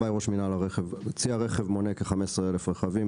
צי הרכב מונה כ-15,000 רכבים,